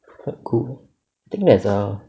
quite cool think there's a